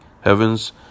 heavens